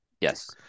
Yes